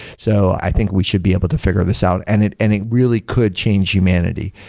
so i think we should be able to figure this out, and it any really could change humanity.